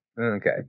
Okay